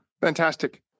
Fantastic